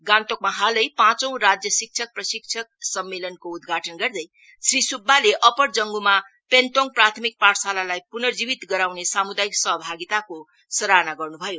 गान्तोकमा हालै पाँचौ राज्य शिक्षक प्रशिक्षक सम्मेलनको उद्घाटन गर्दै श्री सुव्बाले अपर जंगुमा पेन्तोङ प्राथमिक पाठशालालाई पुर्नजीवित गराउने सामुदायिक सहभागिताको सराहना गर्नु भयो